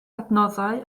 adnoddau